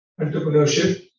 entrepreneurship